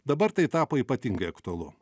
dabar tai tapo ypatingai aktualu